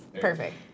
Perfect